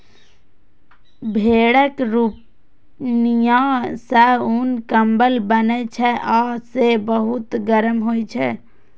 भेड़क रुइंया सं उन, कंबल बनै छै आ से बहुत गरम होइ छै